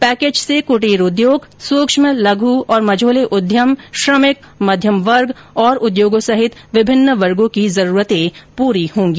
package से कुटीर उद्योग सूक्ष्म लघु और मझोले उद्यम श्रमिक मध्यम वर्ग उद्योगों सहित विभिन्न वर्गो की जरूरतें पूरी होंगी